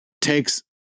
takes